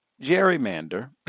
Gerrymander